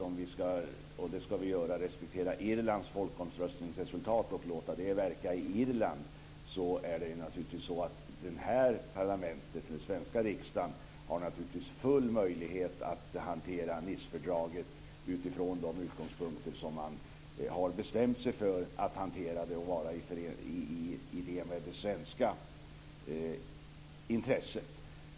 Om vi ska respektera Irlands folkomröstningsresultat, vilket vi ska göra, och låta det verka i Irland så har naturligtvis den svenska riksdagen full möjlighet att hantera Nicefördraget utifrån de utgångspunkter som man har bestämt sig för och utifrån det svenska intresset.